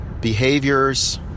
behaviors